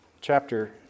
chapter